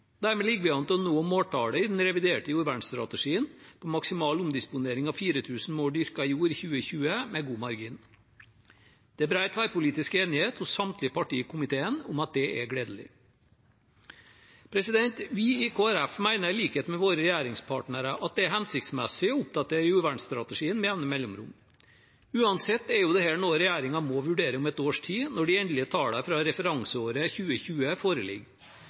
Dermed ligger vi an til å nå måltallet i den reviderte jordvernstrategien på maksimal omdisponering av 4 000 mål dyrket jord i 2020 med god margin. Det er bred tverrpolitisk enighet hos samtlige partier i komiteen om at det er gledelig. Vi i Kristelig Folkeparti mener, i likhet med våre regjeringspartnere, at det er hensiktsmessig å oppdatere jordvernstrategien med jevne mellomrom. Uansett er jo dette noe regjeringen må vurdere om et års tid, når de endelige tallene fra referanseåret 2020 foreligger.